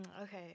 Okay